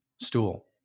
stool